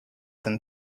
than